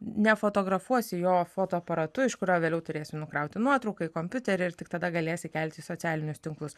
nefotografuosi jo fotoaparatu iš kurio vėliau turėsi nukrauti nuotrauką į kompiuterį ir tik tada galėsi kelti į socialinius tinklus